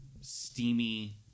steamy